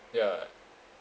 yeah